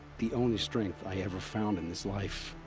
the only strength i ever found in this life.